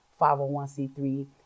501c3